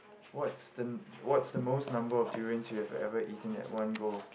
what's the what's the most number of durians you've ever eaten at one go